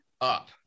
up